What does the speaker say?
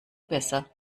besser